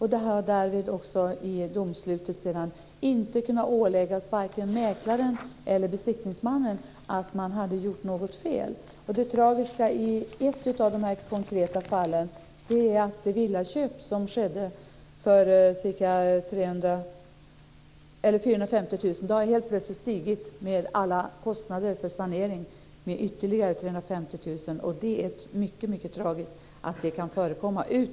I domslutet framgår det att man inte har ansett att mäklaren eller besiktningsmannen har gjort något fel. Det tragiska i ett av dessa konkreta fall är att den villa som kostade 450 000 helt plötsligt har stigit i pris med ytterligare 350 000 på grund av alla kostnader för sanering. Det är mycket tragiskt att det kan förekomma.